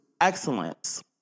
excellence